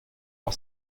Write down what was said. hor